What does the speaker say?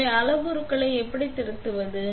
எனவே அளவுருக்களை எப்படி திருத்துவது